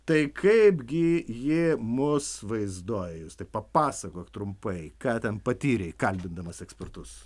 tai kaipgi jie mus vaizduoja justai papasakok trumpai ką ten patyrei kalbindamas ekspertus